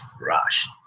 rush